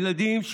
הילדים,